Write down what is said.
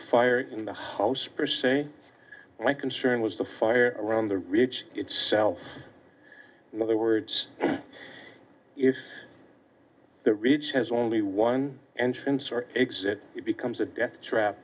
fire in the house per se my concern was the fire around the ridge itself in other words if the reach has only one entrance or exit becomes a death trap